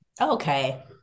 okay